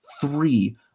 three